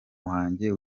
wanjye